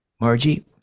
Margie